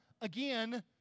again